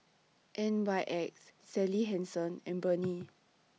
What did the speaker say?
N Y X Sally Hansen and Burnie